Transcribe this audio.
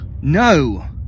No